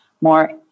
more